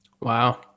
Wow